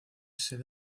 sede